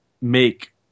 make